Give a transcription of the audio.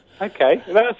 okay